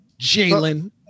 Jalen